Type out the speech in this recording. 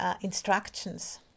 instructions